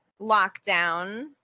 lockdown